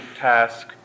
task